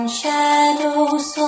shadows